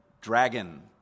dragon